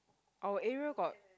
our area got